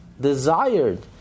desired